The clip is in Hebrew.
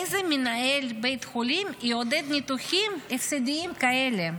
איזה מנהל בית חולים יעודד ניתוחים הפסדיים כאלה?